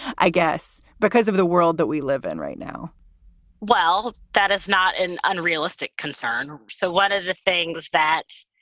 i guess, because of the world that we live in right now well, that is not an unrealistic concern. so what are the things that.